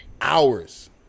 hours